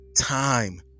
time